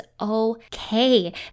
okay